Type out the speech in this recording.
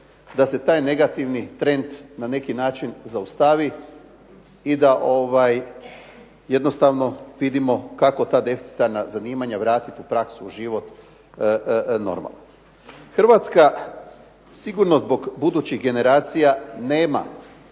da se taj negativni trend na neki način zaustavi i da jednostavno vidimo kako ta deficitarna zanimanja vratiti u praksi u život normalno. Hrvatska sigurno zbog budućih generacija nema